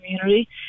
community